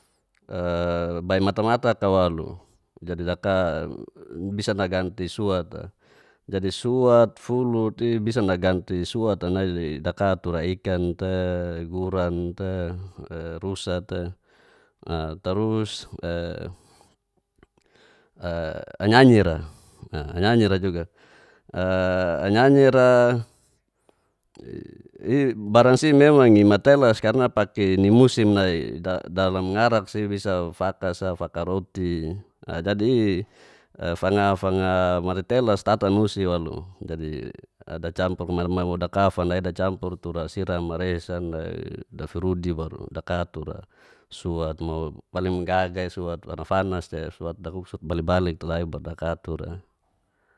bai mata-mata tei walo, jadi laka bisana ganti suat'a. Jadi suat, fuluti bisa naganti suat' a nai le daka tura ikan'te, guran'te, rusa'te, tarus anyi-anyira. anyir-anyira baransgi memang nimatelas karna oake nimusim nai dalam ngaraksi bisa fatasa fakaroti. Jadi fanga-fanga maritelas tatanusi walo, jadi ada campur mo dakafanaida campur tura siram mareisan dafirudi baru dakatura suat mo paling gaga'e suat anafanas te suat daguk suat bale-bale dakatura